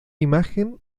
imagen